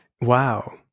Wow